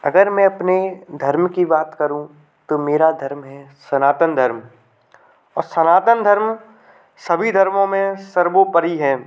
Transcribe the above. अगर मैं अपने धर्म की बात करुँ तो मेरा धर्म है सनातन धर्म और सनातन धर्म सभी धर्मों में सर्वोपरि है